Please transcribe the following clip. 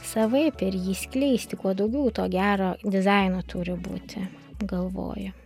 savaip ir jį skleisti kuo daugiau to gero dizaino turi būti galvoju